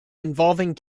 involving